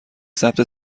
ثبت